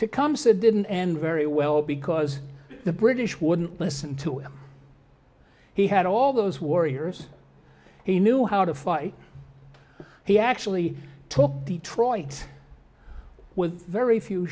to come said didn't and very well because the british wouldn't listen to him he had all those warriors he knew how to fight he actually took detroit with very few